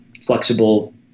flexible